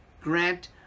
grant